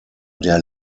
der